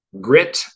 grit